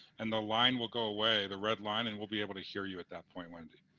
and the line will go away, the red line, and we'll be able to hear you at that point, wendy.